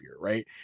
right